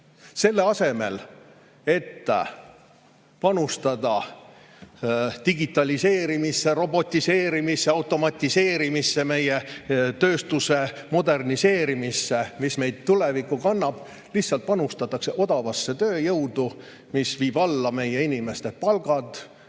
Selle asemel et panustada digitaliseerimisse, robotiseerimisse, automatiseerimisse, meie tööstuse moderniseerimisse, mis meid tulevikku kannaks, lihtsalt panustatakse odavasse tööjõudu, mis viib alla meie inimeste palgad,